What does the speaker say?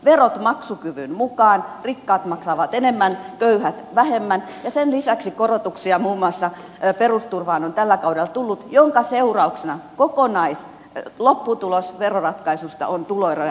verot maksukyvyn mukaan rikkaat maksavat enemmän köyhät vähemmän ja sen lisäksi korotuksia muun muassa perusturvaan on tällä kaudella tullut minkä seurauksena kokonaislopputulos veroratkaisusta on tuloeroja tasaava